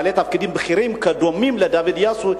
מ-45 בעלי תפקידים בכירים דומים לדוד יאסו.